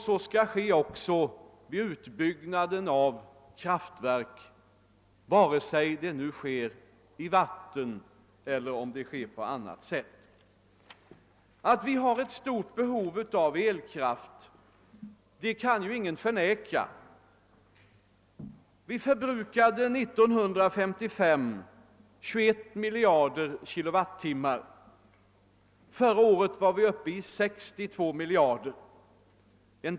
Så skall göras också vid utbyggnaden av kraftverk vare sig de drivs av vatten eller på något annat sätt. Att vi har ett stort behov av elkraft kan ingen förneka. År 1955 förbrukade vi 21 miljarder kWh. Förra året var vår konsumtion uppe i 62 miljarder kWh.